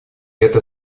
это